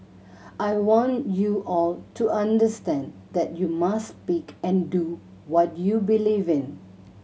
I want you all to understand that you must speak and do what you believe in